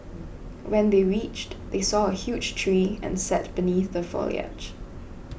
when they reached they saw a huge tree and sat beneath the foliage